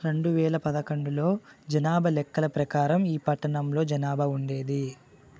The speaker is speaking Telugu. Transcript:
రెండు వేల పదకండులో జనాభా లెక్కల ప్రకారం ఈ పట్టణంలో జనాభా ఉండేది